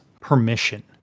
permission